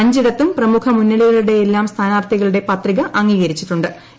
അഞ്ചിടത്തും പ്രമുഖ മുന്നണികളുടെയെല്ലാം സ്ഥാനാർത്ഥികളുടെ പത്രിക അംഗീകരിച്ചിട്ടു്